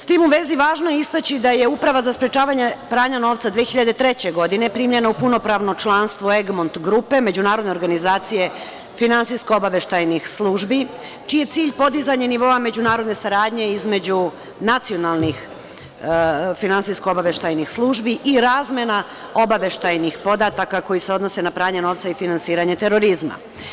S tim u vezi, važno je istaći da je Uprava za sprečavanje pranja novca 2003. godine primljena u punopravno članstvo Egmont grupe, međunarodne organizacije finansijsko-obaveštajnih službi, čiji je cilj podizanje nivoa međunarodne saradnje između nacionalnih finansijsko-obaveštajnih službi i razmena obaveštajnih podataka koji se odnose na pranje novca i finansiranje terorizma.